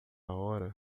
hora